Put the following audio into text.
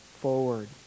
forward